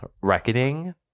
reckoning